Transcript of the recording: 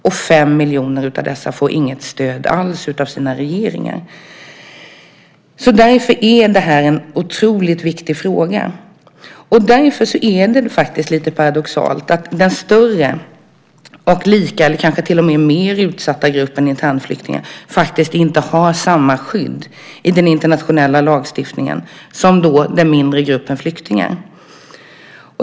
Och 5 miljoner av dessa får inget stöd alls av sina regeringar. Därför är det här en otroligt viktig fråga, och därför är det lite paradoxalt att den större och lika, eller kanske till och med mer, utsatta gruppen internflyktingar faktiskt inte har samma skydd i den internationella lagstiftningen som den mindre gruppen flyktingar.